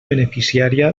beneficiària